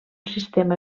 sistema